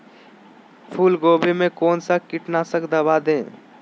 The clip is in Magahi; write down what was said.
फूलगोभी में कौन सा कीटनाशक दवा दे?